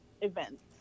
events